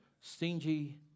stingy